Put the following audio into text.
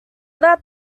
that